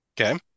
Okay